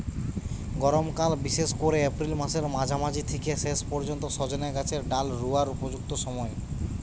গরমকাল বিশেষ কোরে এপ্রিল মাসের মাঝামাঝি থিকে শেষ পর্যন্ত সজনে গাছের ডাল রুয়ার উপযুক্ত সময়